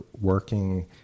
working